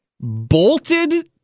bolted